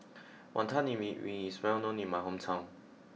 Wantan Mee ring is well known in my hometown